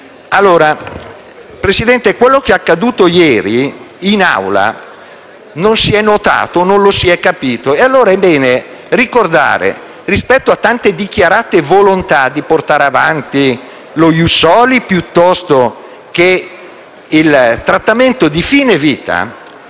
Signora Presidente, quello che è accaduto ieri in Assemblea non si è notato o non lo si è capito; allora è bene ricordare, rispetto a tante dichiarate volontà di portare avanti lo *ius soli*, piuttosto che il trattamento di fine vita,